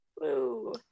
Woo